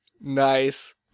Nice